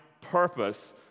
purpose